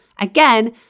Again